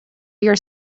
your